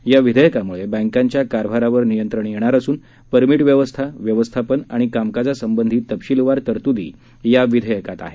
या विधेयकामुळे बैंकांच्या कारभारावर नियंत्रण येणार असून परमिट व्यवस्था व्यवस्थापन आणि कामकाजासंबंधी तपशीलवार तरतुदी या विधेयकात आहेत